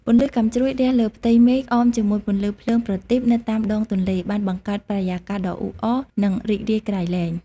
ពន្លឺកាំជ្រួចរះលើផ្ទៃមេឃអមជាមួយពន្លឺភ្លើងប្រទីបនៅតាមដងទន្លេ បានបង្កើតបរិយាកាសដ៏អ៊ូអរ និងរីករាយក្រៃលែង។